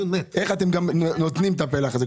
ואיך אתם נותנים את הפלח הזה?